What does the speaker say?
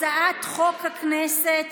הצעת חוק הכנסת